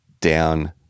down